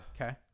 okay